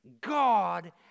God